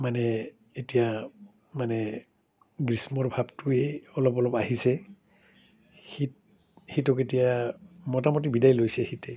মানে এতিয়া মানে গ্ৰীষ্মৰ ভাৱটোৱেই অলপ অলপ আহিছে শীত শীতক এতিয়া মোটামুটি বিদায় লৈছে শীতে